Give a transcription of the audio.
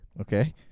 Okay